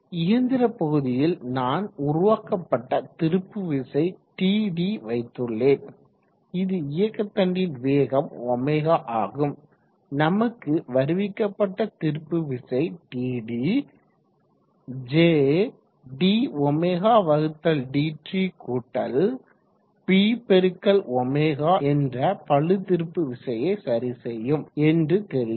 இயந்திர பகுதியில் நான் உருவாக்கப்பட்ட திருப்பு விசை Td கொண்டுள்ளேன் இது இயக்க தண்டின் வேகம் ω ஆகும் நமக்கு வருவிக்கப்பட்ட திருப்பு விசை Td jdωdt கூட்டல் B xω என்ற பளு திருப்பு விசையை சரிசெய்யும் என்று தெரியும்